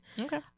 Okay